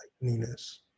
newness